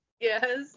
Yes